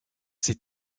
ses